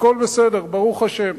הכול בסדר, ברוך השם.